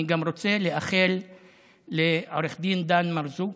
אני גם רוצה לאחל לעו"ד דן מרזוק,